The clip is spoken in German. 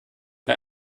bei